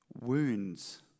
Wounds